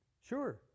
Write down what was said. Sure